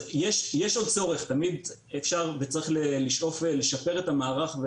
תמיד אפשר וצריך לשאוף לשפר את המערך,